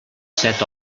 set